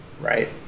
Right